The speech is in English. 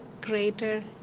greater